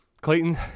Clayton